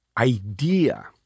idea